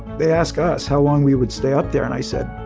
they asked us how long we would stay up there and i said,